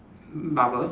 bubble